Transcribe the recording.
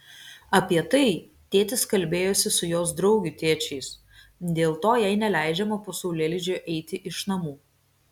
apie tai tėtis kalbėjosi su jos draugių tėčiais dėl to jai neleidžiama po saulėlydžio eiti iš namų